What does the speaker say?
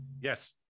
Yes